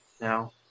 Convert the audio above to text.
now